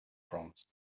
proms